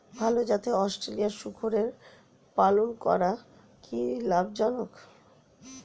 ভাল জাতের অস্ট্রেলিয়ান শূকরের পালন করা কী লাভ জনক?